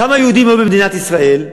כמה יהודים היו במדינת ישראל?